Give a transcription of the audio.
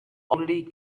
already